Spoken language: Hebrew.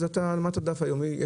אז למדת דף יומי,